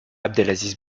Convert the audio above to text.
abdelaziz